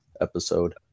episode